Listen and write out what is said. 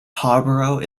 harborough